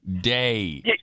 day